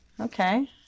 Okay